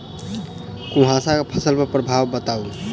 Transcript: कुहासा केँ फसल पर प्रभाव बताउ?